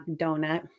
donut